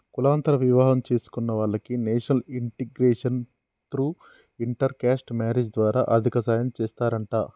కులాంతర వివాహం చేసుకున్న వాలకి national integration through inter caste marriage ద్వారా ఆర్థిక సాయం చేస్తారంట